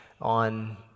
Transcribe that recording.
on